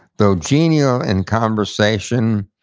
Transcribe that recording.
though genial in conversation,